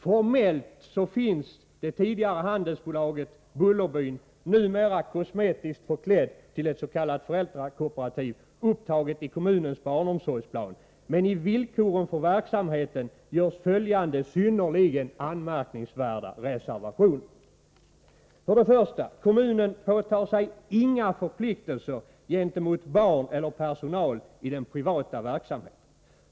Formellt finns det tidigare handelsbolaget Bullerbyn, numera kosmetiskt förklätt till ett s.k. föräldrakooperativ, upptaget i kommunens barnomsorgsplan, men i villkoren för verksamheten görs följande synnerligen anmärkningsvärda reservationer. För det första: Kommunen påtar sig inga förpliktelser gentemot barn eller personal i den privata verksamheten.